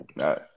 right